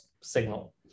signal